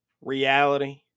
reality